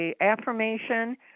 affirmation